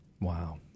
Wow